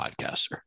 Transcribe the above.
podcaster